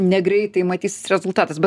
negreitai matysis rezultatas bet